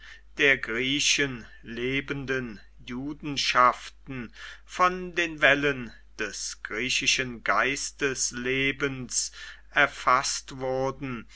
der griechen lebenden judenschaften von den wellen des griechischen geisteslebens erfaßt wurden